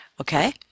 Okay